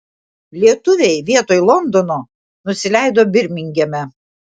lietuviai vietoj londono nusileido birmingeme